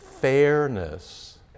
fairness